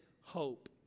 hope